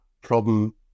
problem